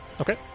Okay